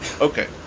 okay